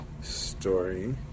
story